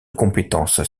compétences